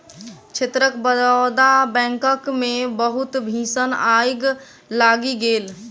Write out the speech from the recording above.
क्षेत्रक बड़ौदा बैंकक मे बहुत भीषण आइग लागि गेल